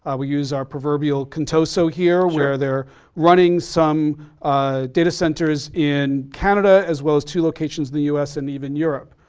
ah we use our proverbial contoso here where they're running some data centers in canada as well as two locations in the us and even europe.